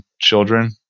children